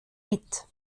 mit